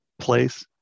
place